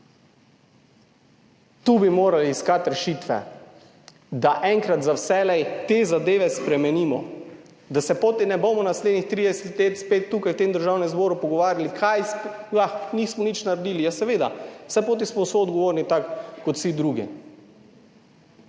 Tu bi morali iskati rešitve, da enkrat za vselej te zadeve spremenimo, da se poti ne bomo naslednjih 30 let spet tukaj v tem Državnem zboru pogovarjali, kaj sploh nismo nič naredili. Ja seveda, saj poti smo soodgovorni tako kot vsi drugi.